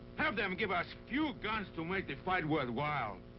have them give us few guns to make the fight worthwhile.